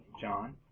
John